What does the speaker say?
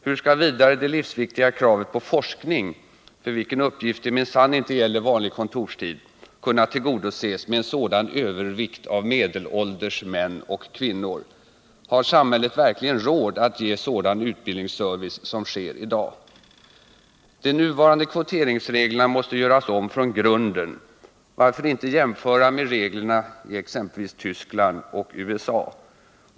Hur skall vidare det livsviktiga kravet på forskning — för vilken uppgift det minsann inte gäller vanlig kontorstid — kunna tillgodoses med en sådan övervikt av medelålders män och kvinnor? Har samhället verkligen råd att ge sådan utbildningsservice som sker i dag? De nuvarande kvoteringsreglerna måste göras om från grunden. Varför inte jämföra med reglerna i exempelvis Tyskland och USA?